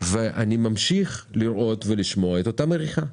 אני ממשיך לראות ולשמוע את אותה מריחה.